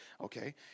okay